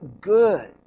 good